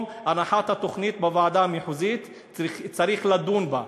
הנחת התוכנית בוועדה המחוזית צריך לדון בה.